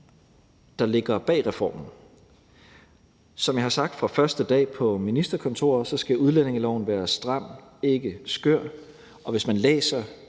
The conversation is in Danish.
der ligger bag reformen. Som jeg har sagt fra første dag på ministerkontoret, skal udlændingeloven være stram, ikke skør, og hvis man læser